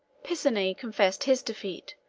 pisani confessed his defeat,